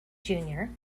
junior